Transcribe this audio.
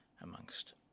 amongst